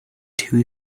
two